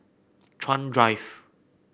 Chuan Drive